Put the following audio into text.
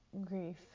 grief